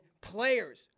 players